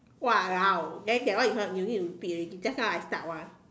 !walao! then that one is what you need to repeat already just now I start [one]